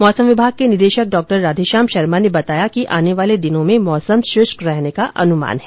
मौसम विभाग के निदेशक डॉ राधेश्याम शर्मा ने बताया कि आने वाले दिनों में मौसम शुष्क रहने का अनुमान है